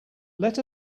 let